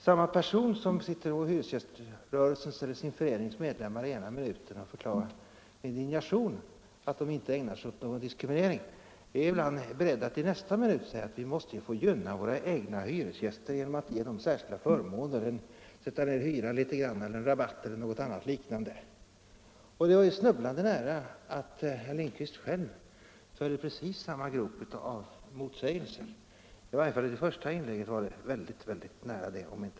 Samma person som å hyresgäströrelsens eller sin förenings vägnar i ena minuten med indignation förklarar att man inte ägnar sig åt någon diskriminering är i nästa minut beredd att säga att ”vi måste ju få gynna våra egna hyresgäster genom att ge dem särskilda förmåner — sätta ned hyran litet grand, lämna rabatt eller något liknande”. Och det var ju snubblande nära att herr Lindkvist själv gjorde sig skyldig till precis samma motsägelse, i varje fall i det första inlägget var det mycket nära.